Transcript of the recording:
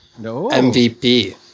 MVP